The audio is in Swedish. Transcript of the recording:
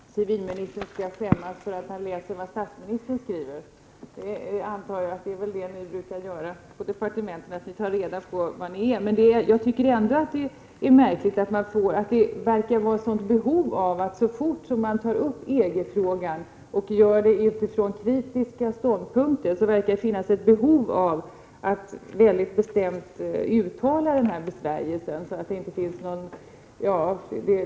Herr talman! Jag tycker inte heller att civilministern skall skämmas för att han läser vad statsministern skriver. Jag antar att ni brukar göra så på departementen, att ni tar reda på vad de andra står för. Jag tycker ändå att det är märkligt att det verkar finnas ett sådant behov av att bestämt uttala denna besvärjelse, så fort man tar upp EG-frågan utifrån kritiska ståndpunkter.